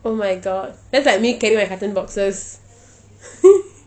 oh my god that's like me carrying my carton boxes